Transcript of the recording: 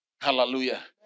Hallelujah